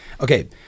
Okay